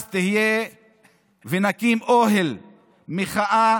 ונקים אוהל מחאה